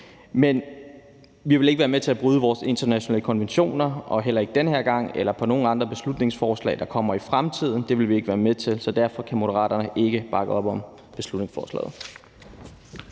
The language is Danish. Men vi vil ikke være med til at bryde vores internationale konventioner, hverken den her gang eller i forhold til andre beslutningsforslag, der kommer i fremtiden; det vil vi ikke være med til. Så derfor kan Moderaterne ikke bakke op om beslutningsforslaget.